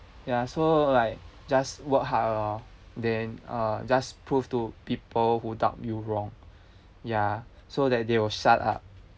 ya so like just work hard lor then uh just prove to people who doubt you wrong ya so that they will shut up